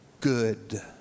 good